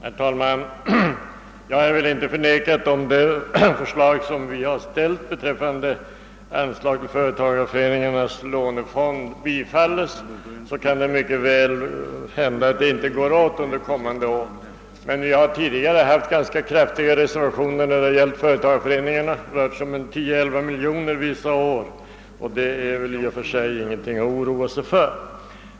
Herr talman! Jag vill inte förneka att det, om de förslag vi har ställt beträffande anslag till företagareföreningarnas lånefond bifalles, mycket väl kan hända att det inte går åt under kommande år. Men vi har tidigare haft ganska kraftiga reservationer när det gällt företagareföreningarna — det har rört sig om 10—11 miljoner vissa år — och den summan är väl inte i och för sig någonting att oroa sig för.